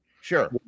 Sure